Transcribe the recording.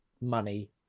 money